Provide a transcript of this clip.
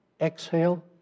Exhale